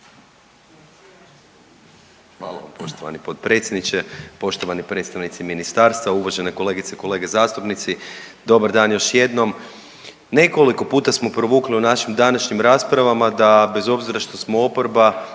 Hvala vam poštovani potpredsjedniče, poštovani predstavnici ministarstva, uvažene kolegice, kolege zastupnici dobar dan još jednom. Nekoliko puta smo provukli u našim današnjim raspravama da bez obzira što smo oporba